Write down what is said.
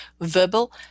Verbal